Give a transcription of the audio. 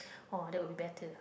oh that will be better